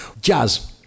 Jazz